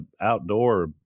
outdoor